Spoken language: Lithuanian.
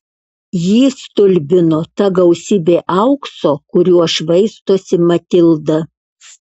jį stulbino ta gausybė aukso kuriuo švaistosi matilda